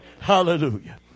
Hallelujah